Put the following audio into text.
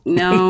no